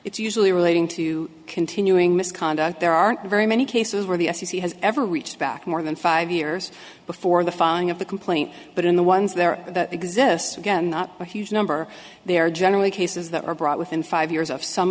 it's usually relating to continuing misconduct there aren't very many cases where the i c c has ever reached back more than five years before the filing of the complaint but in the ones there that exist again not a huge number they are generally cases that are brought within five years of some